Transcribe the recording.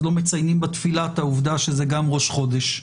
אז לא מציינים בתפילה את העובדה שזה גם ראש חודש.